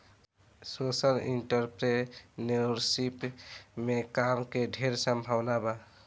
social entrepreneurship में काम के ढेर संभावना बा